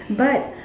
but